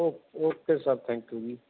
okay okay sir thank you ਜੀ